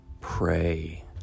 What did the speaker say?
pray